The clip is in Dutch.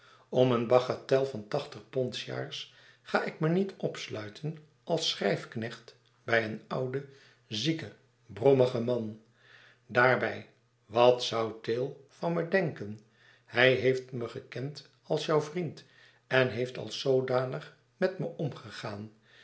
om een bagatel van tachtig pond sjaars ga ik me niet opsluiten als schrijfknecht bij een ouden zieken brommigen man daarbij wat zoû tayle van me denken hij heeft me gekend als jouw vriend en heeft als zoodanig met me omgegaan